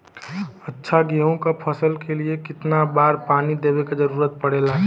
अच्छा गेहूँ क फसल के लिए कितना बार पानी देवे क जरूरत पड़ेला?